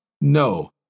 No